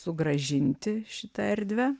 sugrąžinti šitą erdvę